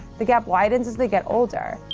the gap widens as they get older.